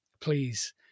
please